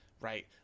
right